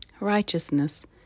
righteousness